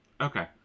Okay